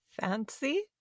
Fancy